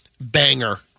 banger